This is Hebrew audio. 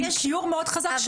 עם ,פיור' מאוד חזק,